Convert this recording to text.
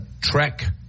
Trek